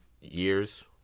years